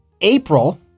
April